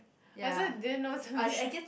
I also didn't know some name